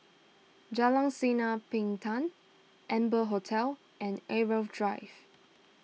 Jalan Sinar Bintang Amber Hotel and Irau Drive